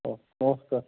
ହଁ ନମସ୍କାର